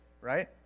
Right